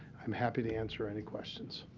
i'm happy to answer any questions.